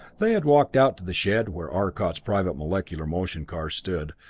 they had walked out to the shed where arcot's private molecular motion car stood,